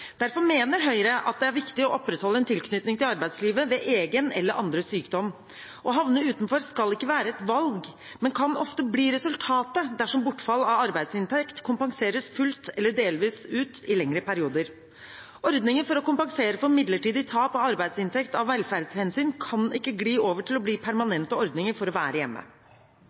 Derfor mener Høyre at det er viktig å opprettholde en tilknytning til arbeidslivet ved egen eller andres sykdom. Å havne utenfor skal ikke være et valg, men kan ofte bli resultatet dersom bortfall av arbeidsinntekt kompenseres fullt ut eller delvis i lengre perioder. Ordninger for å kompensere for midlertidige tap av arbeidsinntekt av velferdshensyn kan ikke gli over til å bli permanente ordninger for å være hjemme.